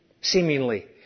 seemingly